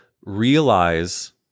realize